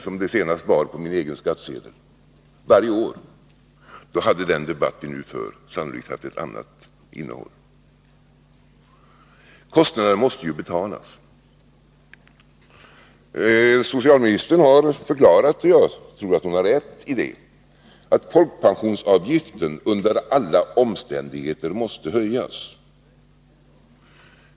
som den senast var på min egen skattsedel, hade den debatt vi nu för sannolikt haft ett annat innehåll. Kostnaderna måste betalas. Socialministern har förklarat att — och jag tror att hon har rätt i det — folkpensionsavgiften under alla omständigheter måste höjas.